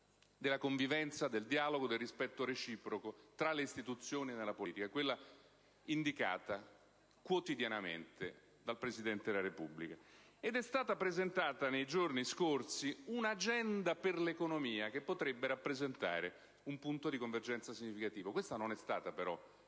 della convivenza, del dialogo, del rispetto reciproco tra le istituzioni nella politica: quella indicata quotidianamente dal Presidente della Repubblica. Ed è stata presentata nei giorni scorsi un'agenda per l'economia che potrebbe rappresentare un punto di convergenza significativo. Questa non è stata però